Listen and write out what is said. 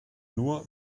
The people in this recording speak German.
nur